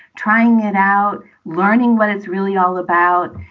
trying it out, learning what it's really all about.